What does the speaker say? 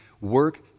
work